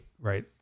right